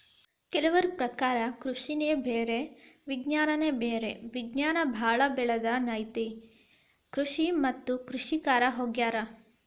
ಕೆಲವರ ಪ್ರಕಾರ ಕೃಷಿನೆ ಬೇರೆ ವಿಜ್ಞಾನನೆ ಬ್ಯಾರೆ ವಿಜ್ಞಾನ ಬಾಳ ಬೆಳದ ನೈಜ ಕೃಷಿ ಮತ್ತ ಕೃಷಿಕರ ಹೊಗ್ಯಾರ